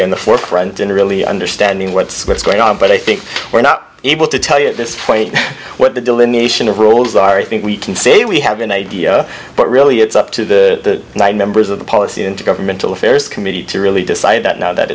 be on the forefront in really understanding what's going on but i think we're not able to tell you at this point what the delineation of roles are i think we can say we have an idea but really it's up to the nine members of the policy intergovernmental affairs committee to really decide that now that